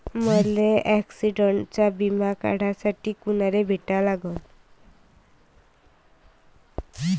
मले ॲक्सिडंटचा बिमा काढासाठी कुनाले भेटा लागन?